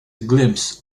glimpse